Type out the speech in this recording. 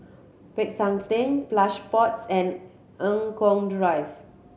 Peck San Theng Plush Pods and Eng Kong Drive